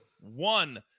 one